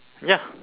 ya